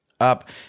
up